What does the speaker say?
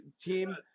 team